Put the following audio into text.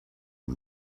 him